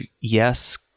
yes